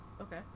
Okay